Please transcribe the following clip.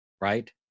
right